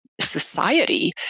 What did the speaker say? society